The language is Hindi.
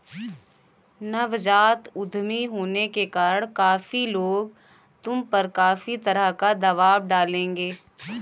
नवजात उद्यमी होने के कारण काफी लोग तुम पर काफी तरह का दबाव डालेंगे